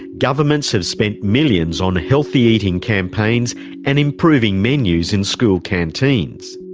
governments have spent millions on healthy eating campaigns and improving menus in school canteens.